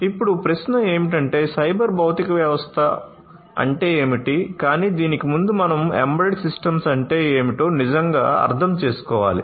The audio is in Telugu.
ఇప్పుడు ప్రశ్న ఏమిటంటే సైబర్ భౌతిక వ్యవస్థ అంటే ఏమిటి కానీ దీనికి ముందు మనం ఎంబెడెడ్ సిస్టమ్ అంటే ఏమిటో నిజంగా అర్థం చేసుకోవాలి